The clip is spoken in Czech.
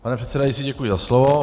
Pane předsedající, děkuji za slovo.